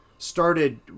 started